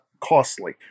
costly